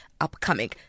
upcoming